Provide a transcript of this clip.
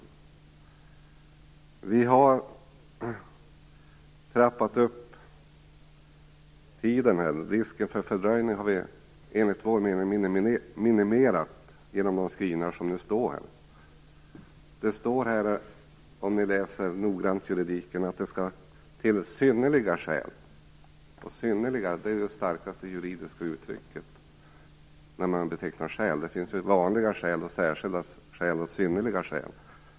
Enligt vår mening har vi minimerat risken för fördröjningar genom de skrivningar som finns i betänkandet. Om man läser noggrant står det att det skall till synnerliga skäl för att fördröja det ytterligare två veckor. Synnerliga skäl är det starkaste juridiska uttrycket när man betecknar skäl. Det finns vanliga, särskilda och synnerliga skäl.